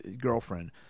girlfriend